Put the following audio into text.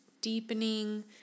Deepening